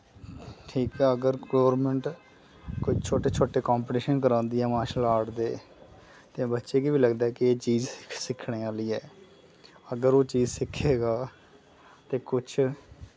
ठीक ऐ अगर गोरमैंट कोई छोटे छोटे कम्पटीशन करांदी ऐ मार्शल आर्ट दे ते बच्चे गी वी लगदा ऐ कि एह् चीज सिक्खने आह्ली ऐ अगर ओह् चीज सिक्खे गा ते कुछ